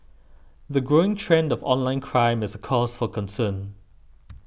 the growing trend of online crime is a cause for concern